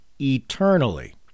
eternally